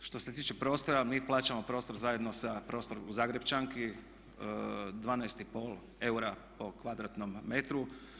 Što se tiče prostora mi plaćamo prostor zajedno sa, prostor u Zagrepčanki 12,5 eura po kvadratnom metru.